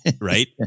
Right